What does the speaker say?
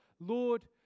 Lord